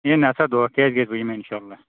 ہے نَسا دوکھٕ کیٛازِ گَژھِ بہٕ یِمہٕ اِنشاء اللہ